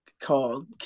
called